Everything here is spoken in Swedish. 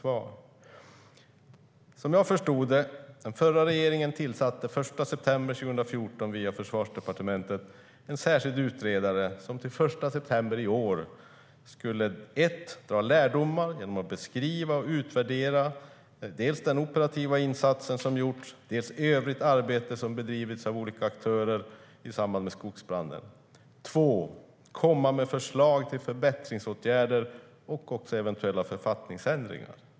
Jag har förstått att den förra regeringen tillsatte den 1 september 2014 via Försvarsdepartementet en särskild utredare som till den 1 september i år skulle för det första dra lärdomar genom att beskriva och utvärdera dels den operativa insatsen, dels övrigt arbete som har bedrivits av olika aktörer i samband med skogsbranden, och för det andra lägga fram förslag till förbättringsåtgärder och också eventuella författningsändringar.